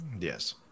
Yes